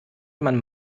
man